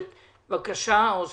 בבקשה, אוסאמה.